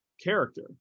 character